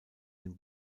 den